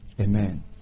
Amen